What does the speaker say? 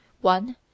one